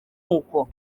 uko